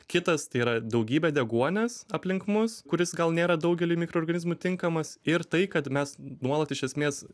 kitas tai yra daugybė deguonies aplink mus kuris gal nėra daugeliui mikroorganizmų tinkamas ir tai kad mes nuolat iš esmės